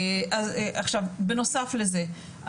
עכשיו בנוסף לזה,